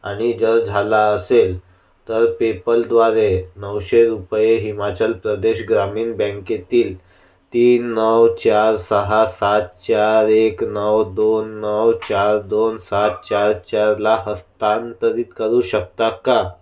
आणि जर झाला असेल तर पेपलद्वारे नऊशे रुपये हिमाचल प्रदेश ग्रामीण बँकेतील तीन नऊ चार सहा सात चार एक नऊ दोन नऊ चार दोन सात चार चारला हस्तांतरित करू शकता का